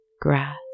grass